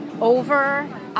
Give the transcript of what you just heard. over